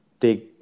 take